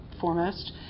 foremost